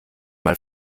mal